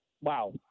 Wow